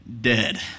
dead